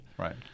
Right